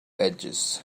edges